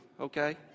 okay